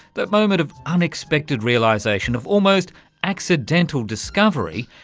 that moment of unexpected realisation, of almost accidental discovery,